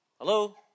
Hello